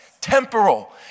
temporal